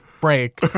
break